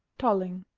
tolling.